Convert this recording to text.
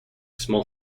small